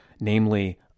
namely